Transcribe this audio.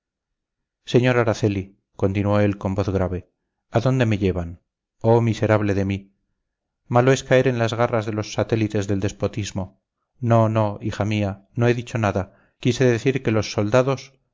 sr araceli continuó él con voz grave a dónde me llevan oh miserable de mí malo es caer en las garras de los satélites del despotismo no no hija mía no he dicho nada quise decir que los soldados